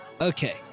Okay